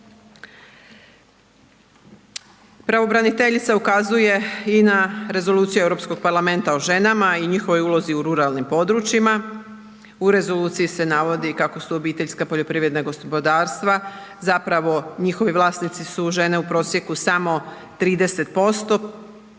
Pravobraniteljica ukazuje i na rezoluciju Europskog parlamenta o ženama i njihovoj ulozi u ruralnim područjima. U rezoluciji se navodi kako su obiteljska poljoprivredna gospodarstva zapravo njihovi vlasnici su žene u prosjeku samo 30%